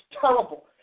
terrible